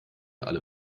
alle